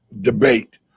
debate